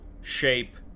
shape